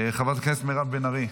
חברת הכנסת מירב בן ארי,